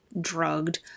drugged